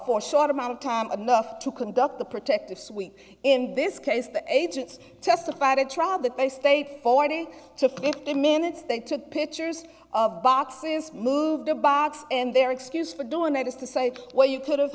for short amount of time enough to conduct the protective suite in this case the agents testified at trial that they state forty to fifty minutes they took pictures of boxes moved the box and there excuse for doing that is to say well you could have